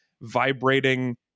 vibrating